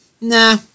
Nah